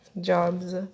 jobs